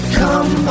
come